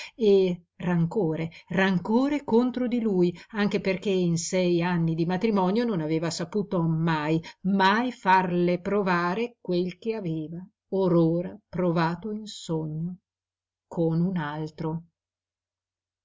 e rancore rancore contro di lui anche perché in sei anni di matrimonio non aveva saputo mai mai farle provare quel che aveva or ora provato in sogno con un altro